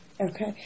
Okay